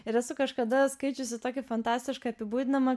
ir esu kažkada skaičiusi tokį fantastišką apibūdinimą